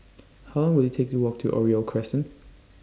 How Long Will IT Take to Walk to Oriole Crescent